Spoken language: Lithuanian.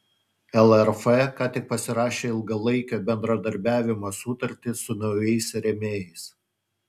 lrf ką tik pasirašė ilgalaikio bendradarbiavimo sutartį su naujais rėmėjais